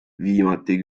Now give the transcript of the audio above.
viimati